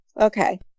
Okay